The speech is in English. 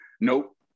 Nope